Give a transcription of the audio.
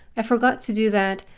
i forgot to do that,